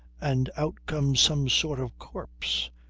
and out comes some sort of corpse,